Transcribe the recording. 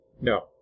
No